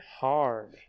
hard